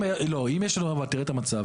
לא, אבל תראה את המצב.